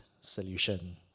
solution